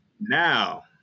now